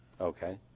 okay